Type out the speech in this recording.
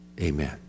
Amen